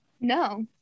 No